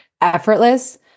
effortless